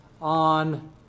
on